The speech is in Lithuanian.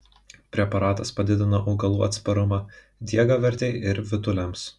preparatas padidina augalų atsparumą diegavirtei ir vytuliams